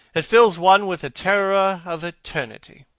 it fills one with the terror of eternity.